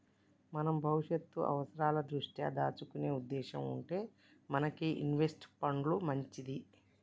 మనం భవిష్యత్తు అవసరాల దృష్ట్యా దాచుకునే ఉద్దేశం ఉంటే మనకి ఇన్వెస్ట్ పండ్లు మంచిది